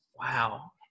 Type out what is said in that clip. wow